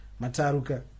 Mataruka